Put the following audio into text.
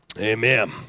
Amen